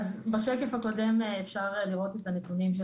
בשקף הקודם אפשר לראות את הנתונים של